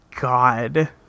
God